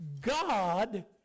God